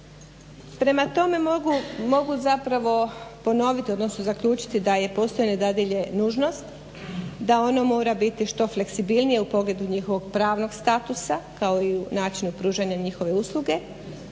Prema tome mogu zapravo ponoviti, odnosno zaključiti da je postojanje dadilje nužnost, da ona mora biti što fleksibilnija u pogledu njihovog pravnog statusa kao i u načinu pružanja njihove usluge.